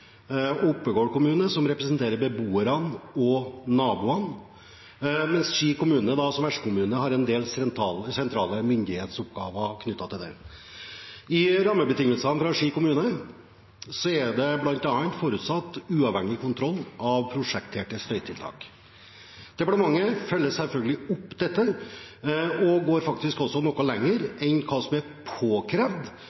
Oppegård kommune som representerer beboerne og naboene, mens Ski kommune, som er vertskommune, har en del sentrale myndighetsoppgaver knyttet til dette. I rammebetingelsene fra Ski kommune er det bl.a. forutsatt at det skal være en uavhengig kontroll av prosjekterte støytiltak. Departementet følger selvfølgelig opp dette og går faktisk også noe